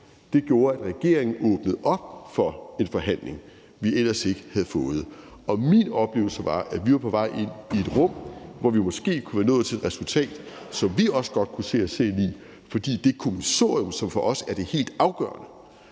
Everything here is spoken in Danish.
gjorde, at regeringen åbnede op for en forhandling, som vi ellers ikke havde fået. Og min oplevelse var, at vi var på vej ind i et rum, hvor vi måske kunne være nået til et resultat, som vi også godt kunne se os selv i, fordi det kommissorium, som for os er det helt afgørende,